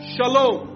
Shalom